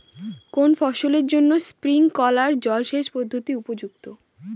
কোন ফসলের জন্য স্প্রিংকলার জলসেচ পদ্ধতি উপযুক্ত?